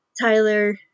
Tyler